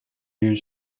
you